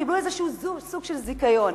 הם קיבלו איזשהו סוג של זיכיון.